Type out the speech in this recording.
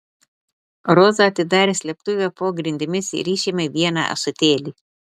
roza atidarė slėptuvę po grindimis ir išėmė vieną ąsotėlį